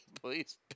please